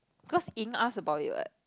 cause Ying asked about it what